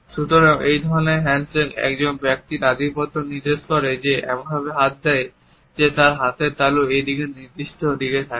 সুতরাং এই ধরনের হ্যান্ডশেক একজন ব্যক্তির আধিপত্য নির্দেশ করে যে এমনভাবে হাত দেয় যে তার হাতের তালু এই নির্দিষ্ট দিকে থাকে